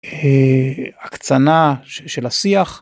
הקצנה של השיח.